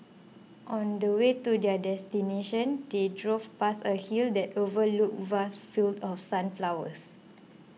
on the way to their destination they drove past a hill that overlooked vast fields of sunflowers